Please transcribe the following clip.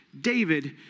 David